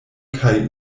kaj